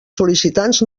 sol·licitants